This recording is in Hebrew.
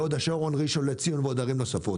מהוד השרון, ראשון לציון ועוד ערים נוספות.